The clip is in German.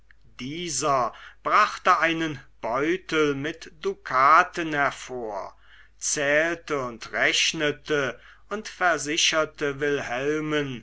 dieser brachte einen beutel mit dukaten hervor zählte und rechnete und versicherte wilhelmen